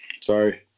Sorry